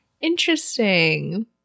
interesting